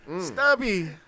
Stubby